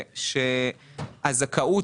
שהזכאות,